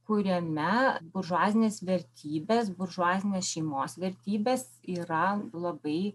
kuriame buržuazinės vertybės buržuazinės šeimos vertybės yra labai